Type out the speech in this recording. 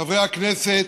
חברי הכנסת,